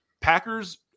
Packers